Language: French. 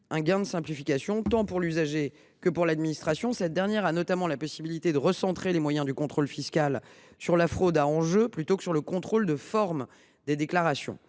un gain de simplification tant pour l’usager que pour l’administration. Cette dernière a notamment la possibilité de recentrer les moyens du contrôle fiscal sur la fraude à enjeux plutôt que sur le contrôle de forme des déclarations.